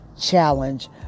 challenge